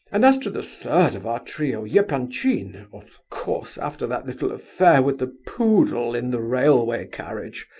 and as to the third of our trio, yeah epanchin, of course after that little affair with the poodle in the railway carriage,